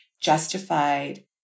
justified